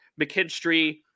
McKinstry